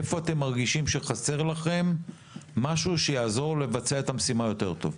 איפה אתם מרגישים שחסר לכם מה שיעזור לכם לבצע את המשימה יותר טוב?